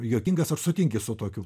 juokingas ar sutinki su tokiu